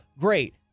great